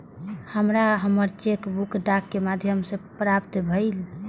हमरा हमर cheque book डाक के माध्यम से प्राप्त भईल